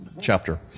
chapter